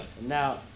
now